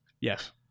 Yes